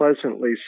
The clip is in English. Pleasantly